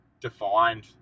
defined